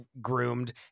groomed